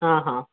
हा हा